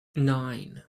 nine